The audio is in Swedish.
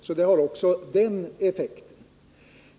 Även denna effekt finns alltså med.